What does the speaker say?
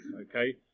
okay